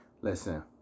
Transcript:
Listen